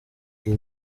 iyi